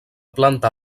planta